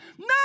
No